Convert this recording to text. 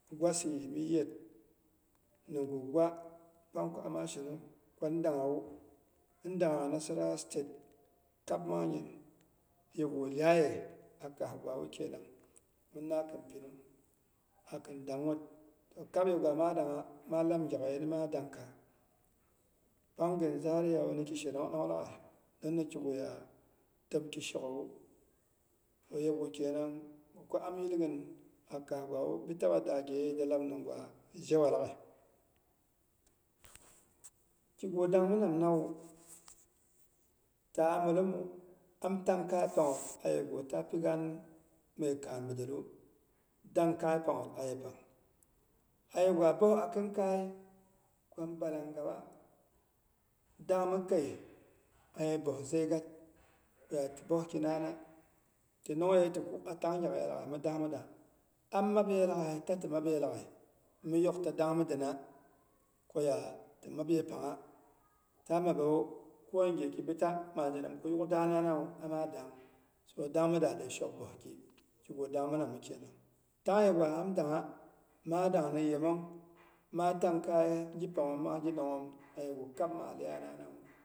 Gwasiye mi yɨiyet, ningu gwapang ko ama shenong ko ndanghawu: ndangha nasarawa state, kab mang nyin yegu lyaiye a kaagwawu kenang. Minna kɨn pinung akɨn dangyet, kigu dangminan nawu, ta a milemu, am tangkai panghot ayyu tapi gaan mye kaan bidelu, dangkai pangyet a yepang. Ayegwa boh a kɨn kai kwon balangawa, danmi kei a ye boh zegat yati bohkina nana. Ti nongyei ti kuk a tang gyakyei laghai, ta ti map yei laghai, mi yokta dangmidina, koya ti map yepangha ta mabewu, konigheki pita maa zhenam ko yuk dananawu ama dang. So dangmida de shok bohki kigu dangminamu kenang, tang yegwa am dangha, maa dangni yemong maa tangkai gi panghom mangi nanghom ayegu kab maa lyai na nawu